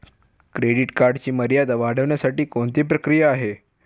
Credit कार्डची मर्यादा वाढवण्यासाठी कोणती प्रक्रिया आहे?